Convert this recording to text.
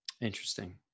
Interesting